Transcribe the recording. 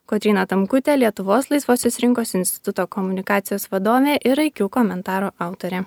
kotryna tamkutė lietuvos laisvosios rinkos instituto komunikacijos vadovė ir iq komentaro autorė